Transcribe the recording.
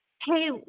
hey